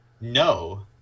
No